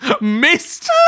missed